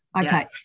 Okay